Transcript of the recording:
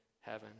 heaven